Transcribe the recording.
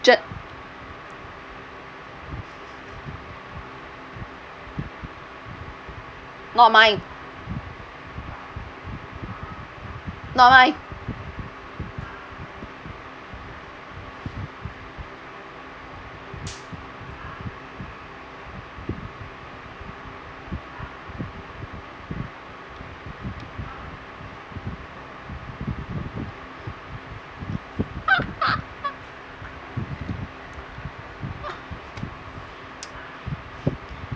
mutant not mine not mine